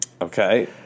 Okay